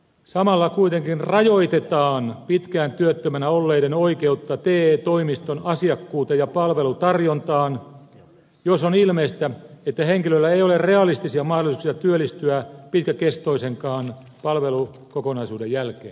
samalla kuitenkin rajoitetaan pitkään työttömänä olleiden oikeutta te toimiston asiakkuuteen ja palvelutarjontaan jos on ilmeistä että henkilöllä ei ole realistista mahdollisuutta työllistyä pitkäkestoisenkaan palvelukokonaisuuden jälkeen